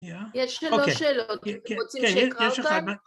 יש שלוש שאלות רוצים שאני אקרא אותן?